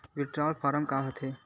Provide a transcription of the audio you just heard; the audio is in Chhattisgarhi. विड्राल फारम का होथेय